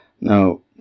Now